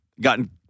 gotten